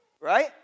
right